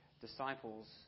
disciples